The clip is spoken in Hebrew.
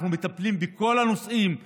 אנחנו מטפלים בכל הנושאים שנלווים,